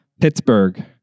Pittsburgh